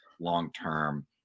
long-term